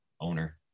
owner